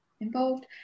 involved